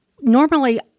normally